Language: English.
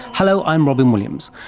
hello, i'm robyn williams.